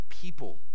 people